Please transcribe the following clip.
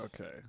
Okay